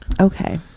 Okay